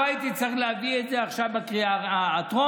לא הייתי צריך להביא את זה עכשיו בקריאה הטרומית,